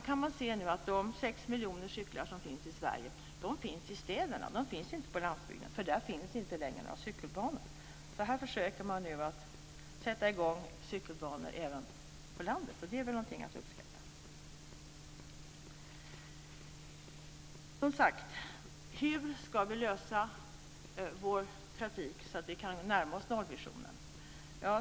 Man kan se att de sex miljoner cyklar som finns i Sverige finns i städerna. De finns inte på landsbygden för där finns inte längre några cykelbanor. Man försöker nu sätta i gång cykelbanor även på landet. Det är väl någonting att uppskatta. Hur ska vi lösa våra trafikfrågor, så att vi kan närma oss nollvisionen?